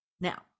Now